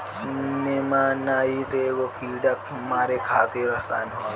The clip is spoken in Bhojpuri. नेमानाइट एगो कीड़ा मारे खातिर रसायन होवे